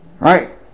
Right